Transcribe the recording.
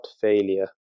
failure